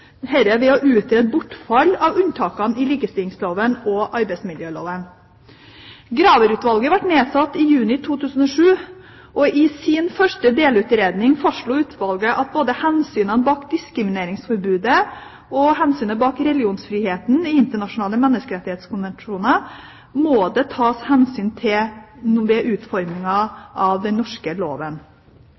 dette ved å utrede bortfall av unntakene i likestillingsloven og arbeidsmiljøloven. Graver-utvalget ble nedsatt i juni 2007, og i sin første delutredning fastslo utvalget at både diskrimineringsforbudet og religionsfriheten i internasjonale menneskerettighetskonvensjoner må tas hensyn til ved utformingen av den norske loven.